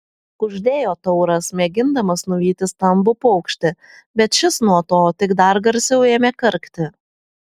kuždėjo tauras mėgindamas nuvyti stambų paukštį bet šis nuo to tik dar garsiau ėmė karkti